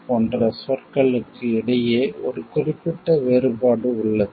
போன்ற சொற்களுக்கு இடையே ஒரு குறிப்பிட்ட வேறுபாடு உள்ளது